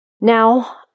Now